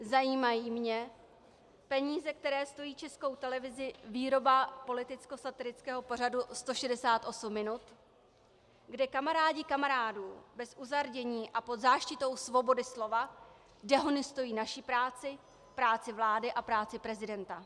Zajímají mě peníze, které stojí Českou televizi výroba politickosatirického pořadu 168 minut, kde kamarádi kamarádů bez uzardění a pod záštitou svobody slova dehonestují naši práci, práci vlády a práci prezidenta.